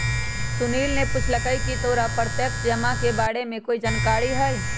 सुनील ने पूछकई की तोरा प्रत्यक्ष जमा के बारे में कोई जानकारी हई